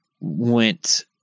went